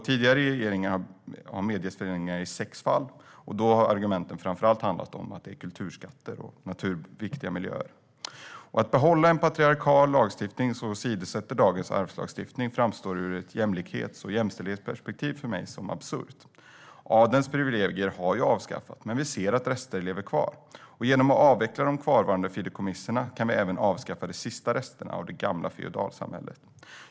Tidigare regeringar har medgett förlängning i sex fall, och då har argumentet framför allt varit att det handlat om kulturskatter och viktiga miljöer. Att behålla en patriarkal lagstiftning som åsidosätter dagens arvslagstiftning framstår ur ett jämlikhets och jämställdhetsperspektiv som absurt. Adelns privilegier har avskaffats, men vi ser att rester lever kvar. Genom att avveckla de kvarvarande fideikommissen kan vi avskaffa även de sista resterna av det gamla feodalsamhället.